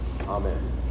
Amen